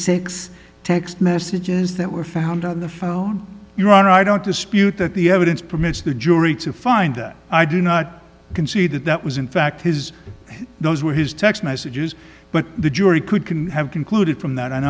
it's text messages that were found on the phone your honor i don't dispute that the evidence permits the jury to find that i do not concede that that was in fact his those were his text messages but the jury could can have concluded from that and